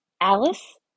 Alice